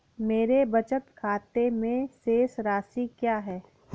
मेरे बचत खाते में शेष राशि क्या है?